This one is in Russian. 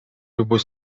любой